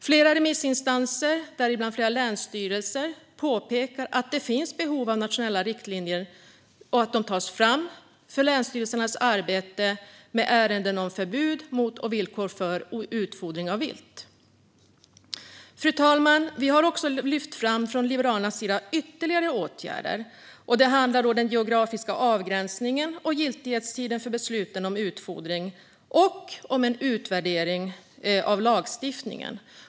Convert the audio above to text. Flera remissinstanser, däribland flera länsstyrelser, påpekar att det finns behov av att nationella riktlinjer tas fram för länsstyrelsernas arbete med ärenden om förbud mot och villkor för utfodring av vilt. Fru talman! Vi har också från Liberalernas sida lyft fram ytterligare åtgärder. Det handlar om den geografiska avgränsningen av och giltighetstiden för besluten om utfodring och om en utvärdering av lagstiftningen.